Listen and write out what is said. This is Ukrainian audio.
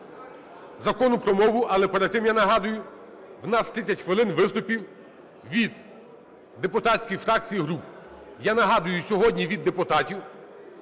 Закону про мову. Але перед тим ,я нагадую, в нас 30 хвилин виступів від депутатських фракцій і груп. Я нагадую, сьогодні від депутатів,